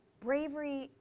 bravery,